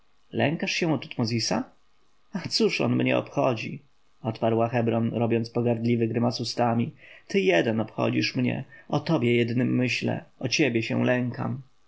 lękasz się o tutmozisa a cóż on mnie obchodzi odparła hebron robiąc pogardliwy grymas ustami ty jeden obchodzisz mnie o tobie jednym myślę o ciebie się lękam